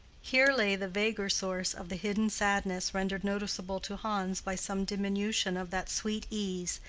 here lay the vaguer source of the hidden sadness rendered noticeable to hans by some diminution of that sweet ease,